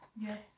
Yes